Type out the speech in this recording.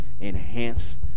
enhance